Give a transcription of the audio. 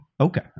Okay